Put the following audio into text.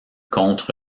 contre